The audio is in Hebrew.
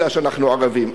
כי אנחנו ערבים.